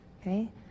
Okay